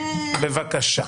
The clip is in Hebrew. בבקשה.